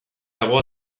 dago